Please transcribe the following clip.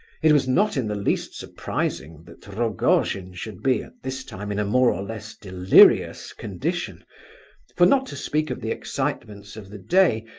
it was not in the least surprising that rogojin should be, at this time, in a more or less delirious condition for not to speak of the excitements of the day,